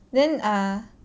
then ah